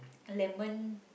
lemon